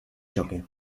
choque